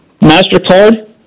MasterCard